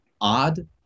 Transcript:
odd